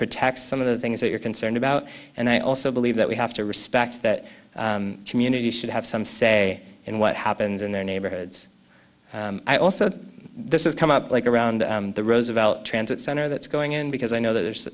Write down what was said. protects some of the things that you're concerned about and i also believe that we have to respect that community should have some say in what happens in their neighborhoods i also this is come up like around the roosevelt transit center that's going in because i know th